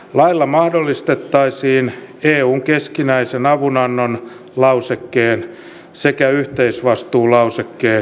laissa mahdollistettaisiin eun keskinäisen avunannon lausekkeen sekä yhteisvastuulausekkeen toimeenpano